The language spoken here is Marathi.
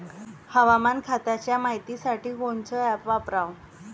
हवामान खात्याच्या मायतीसाठी कोनचं ॲप वापराव?